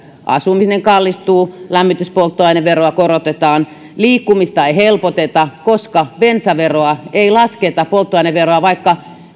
asuminen kallistuu lämmityspolttoaineveroa korotetaan liikkumista ei helpoteta koska polttoaineveroa ei lasketa vaikka